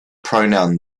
pronoun